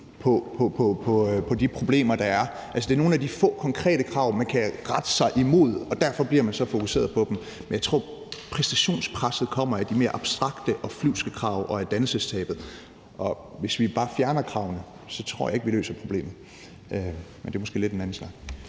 på de problemer, der er. Det er nogle af de få konkrete krav, man kan rette sig imod, og derfor bliver man så fokuseret på dem. Men jeg tror, præstationspresset kommer af de mere abstrakte og flyvske krav og af dannelsestabet. Og hvis vi bare fjerner kravene, tror jeg ikke vi løser problemet. Men det er måske lidt en anden snak.